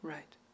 Right